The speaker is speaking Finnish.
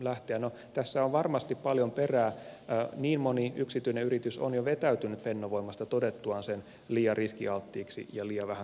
no tässä on varmasti paljon perää niin moni yksityinen yritys on jo vetäytynyt fennovoimasta todettuaan sen liian riskialttiiksi ja liian vähän kannattavaksi